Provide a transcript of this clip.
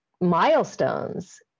milestones